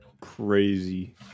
crazy